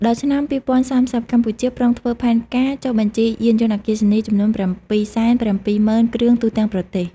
ដល់ឆ្នាំ ២០៣០ កម្ពុជាប្រុងធ្វើផែនការចុះបញ្ជីយានយន្តអគ្គិសនីចំនួន ៧៧០,០០០គ្រឿងទូទាំងប្រទេស។